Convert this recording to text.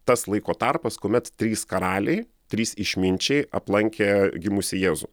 tas laiko tarpas kuomet trys karaliai trys išminčiai aplankė gimusį jėzų